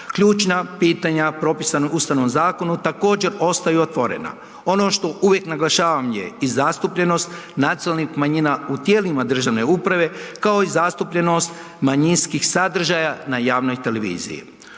Ključna pitanja propisana Ustavnom zakonu također ostaju otvorena. Ono što uvijek naglašavan je i zastupljenost nacionalnih manjina u tijelima državne uprave, kao i zastupljenost manjinskih sadržaja na javnoj televiziji.